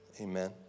Amen